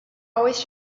always